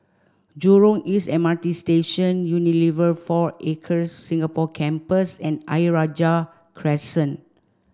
Jurong East M R T Station Unilever Four Acres Singapore Campus and Ayer Rajah Crescent